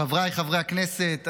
חבריי חברי הכנסת,